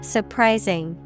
Surprising